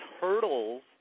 hurdles